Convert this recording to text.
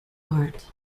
art